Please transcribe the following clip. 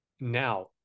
now